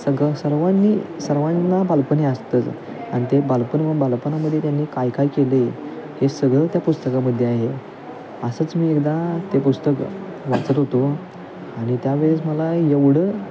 सगळं सर्वांनी सर्वांना बालपण हे असतंच आणि ते बालपण म्हणून बालपणामध्ये त्यांनी काय काय केलं आहे हे सगळं त्या पुस्तकामध्ये आहे असंच मी एकदा ते पुस्तक वाचत होतो आणि त्यावेळेस मला एवढं